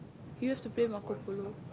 you have to play Marco-Polo